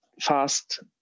fast